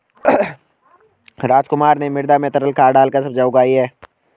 रामकुमार ने मृदा में तरल खाद डालकर सब्जियां उगाई